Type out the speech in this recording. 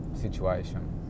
situation